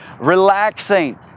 relaxing